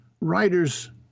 writers